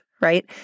right